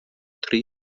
three